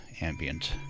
ambient